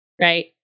right